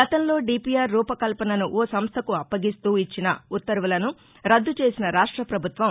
గతంలో డీపీఆర్ రూపకల్పనను ఓసంస్దకు అప్పగిస్తూ ఇచ్చిన ఉత్తర్వులను రద్దు చేసిన రాష్ట ప్రభుత్వం